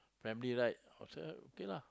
family right also okay lah